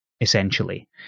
essentially